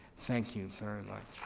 thank you very like